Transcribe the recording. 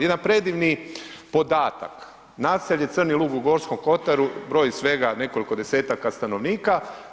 Jedan predivni podatak, naselje Crni lug u Gorskom kotaru broji svega nekoliko desetaka stanovnika.